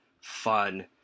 fun